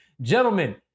Gentlemen